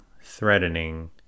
threatening